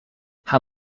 how